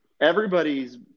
Everybody's